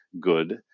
good